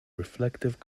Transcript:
reflective